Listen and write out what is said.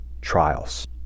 trials